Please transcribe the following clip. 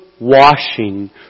washing